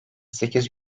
sekiz